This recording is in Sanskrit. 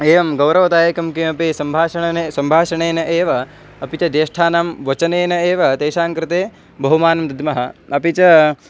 एवं गौरवदायकं किमपि सम्भाषणेन सम्भाषणेन एव अपि च ज्येष्ठानां वचनेन एव तेषां कृते बहुमानं दद्मः अपि च